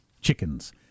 chickens